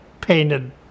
painted